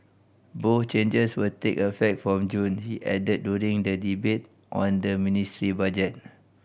both changes will take effect from June he added during the debate on the ministry budget